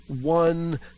one